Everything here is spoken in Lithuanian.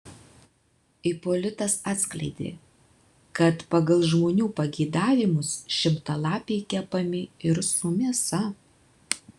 ipolitas atskleidė kad pagal žmonių pageidavimus šimtalapiai kepami ir su mėsa